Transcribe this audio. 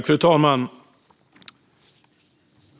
Fru talman!